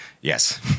yes